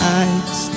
eyes